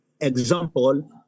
example